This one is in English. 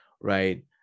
right